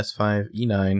S5E9